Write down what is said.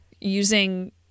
using